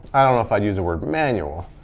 i don't know if i'd use the word manual.